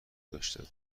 داشتند